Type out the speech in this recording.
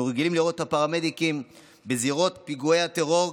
אנחנו רגילים לראות את הפרמדיקים בזירות פיגועי הטרור,